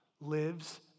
lives